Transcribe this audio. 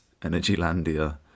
Energylandia